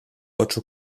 oczu